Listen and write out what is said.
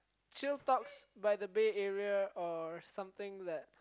chill talks by the bed area or something that